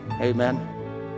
Amen